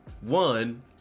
one